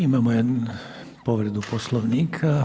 Imamo jednu povredu Poslovnika.